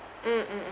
mm mm mm